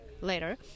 later